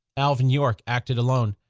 alvin york acted alone.